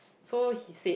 so he said